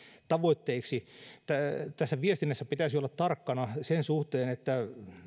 tavoitteiksi viestinnässä pitäisi olla tarkkana sen suhteen että